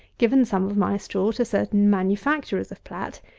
given some of my straw to certain manufacturers of plat,